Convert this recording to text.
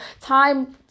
time